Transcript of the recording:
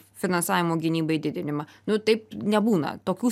finansavimo gynybai didinimą nu taip nebūna tokių